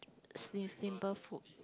sim~ simple food